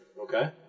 okay